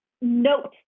note